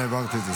העברת את זה.